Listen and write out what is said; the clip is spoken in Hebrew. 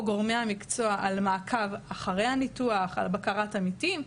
וגורמי המקצוע דיברו על מעקב אחרי הניתוח ועל בקרת עמיתים.